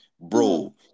bro